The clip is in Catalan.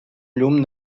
llum